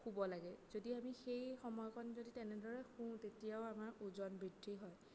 শুব লাগে যদি আমি সেই সময়কণ যদি তেনেদৰে শোওঁ তেতিয়াও আমাৰ ওজন বৃদ্ধি হয়